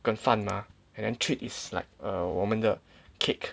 跟饭吗 and then treat is like err 我们的 cake